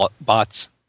bots